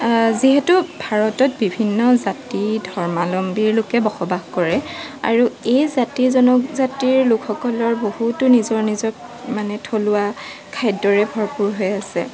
যিহেতু ভাৰতত বিভিন্ন জাতি ধৰ্মাৱলন্ৱীৰ লোকে বসবাস কৰে আৰু এই জাতি জনজাতিৰ লোকসকলৰ বহুতো নিজৰ নিজৰ মানে থলুৱা খাদ্যৰে ভৰপূৰ হৈ আছে